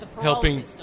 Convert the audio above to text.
helping